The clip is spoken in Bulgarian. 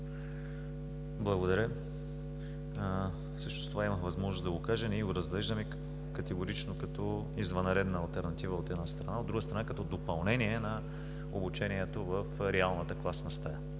Благодаря. Всъщност това имах възможност да го кажа, ние го разглеждаме категорично като извънредна алтернатива, от една страна, от друга страна, като допълнение на обучението в реалната класна стая.